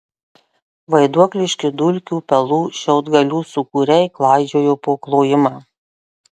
vaiduokliški dulkių pelų šiaudgalių sūkuriai klaidžiojo po klojimą